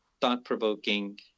thought-provoking